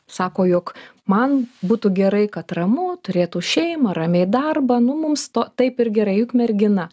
sako jog man būtų gerai kad ramu turėtų šeima ramiai darbą nu mums to taip ir gerai juk mergina